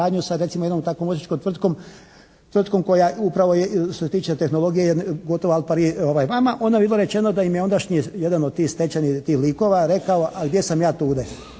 Hvala vam